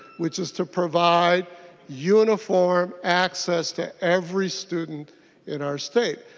which is to provide uniform access to every student in our state.